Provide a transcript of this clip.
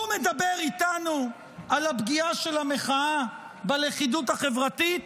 הוא מדבר איתנו על הפגיעה של המחאה בלכידות החברתית.